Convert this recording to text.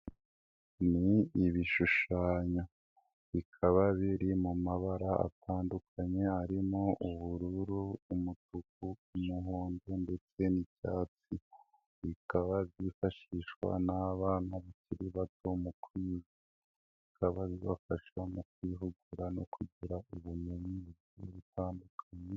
Ni ibishushanyo, bikaba biri mu mabara atandukanye harimo: ubururu, umutuku, umuhondo ndetse n'icyatsi, bikaba byifashishwa n'abana bakiri bato mu kwiga, bikaba bibafasha mu kwihugura no kugira ubumenyi ndetse bitandukanye.